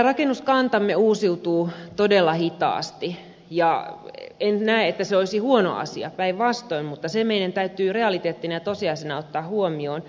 rakennuskantamme uusiutuu todella hitaasti ja en näe että se olisi huono asia päinvastoin mutta se meidän täytyy realiteettina ja tosiasiana ottaa huomioon